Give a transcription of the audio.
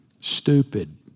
stupid